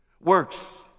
works